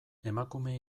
emakume